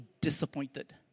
disappointed